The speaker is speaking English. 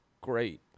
great